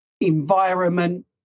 environment